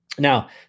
Now